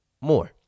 more